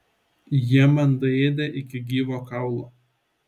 jie man daėdė iki gyvo kaulo